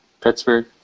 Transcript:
Pittsburgh